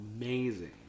amazing